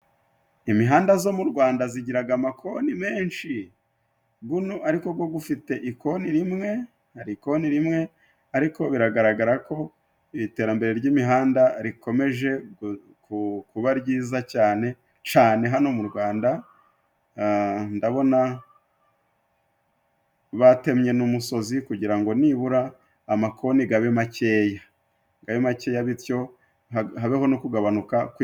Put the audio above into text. Imihanda zo mu Rwanda zigiraga amakoni menshi, guno ariko ko gufite ikoni rimwe hari ikoni rimwe, ariko biragaragara ko iterambere ry'imihanda rikomeje kuba ryiza cane hano mu Rwanda, ndabona batemye n'umusozi kugira ngo nibura amakoni gabe makeya gabe makeya, bityo habeho no kugabanuka .